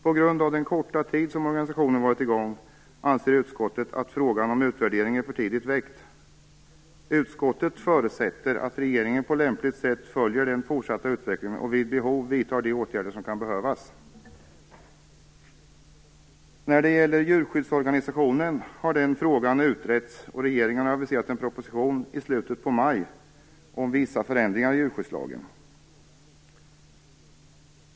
På grund av den korta tid som organisationen varit i gång anser utskottet att frågan om utvärdering är för tidigt väckt. Utskottet förutsätter att regeringen på lämpligt sätt följer den fortsatta utvecklingen och vid behov vidtar de åtgärder som kan behövas. När det gäller djurskyddstillsynen har den frågan utretts, och regeringen har aviserat en proposition i slutet av maj om vissa förändringar i djurskyddslagen.